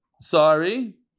Sorry